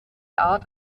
art